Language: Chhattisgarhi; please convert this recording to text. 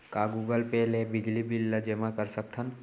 का गूगल पे ले बिजली बिल ल जेमा कर सकथन?